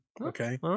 Okay